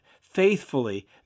faithfully